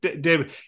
David